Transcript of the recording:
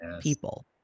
people